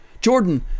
Jordan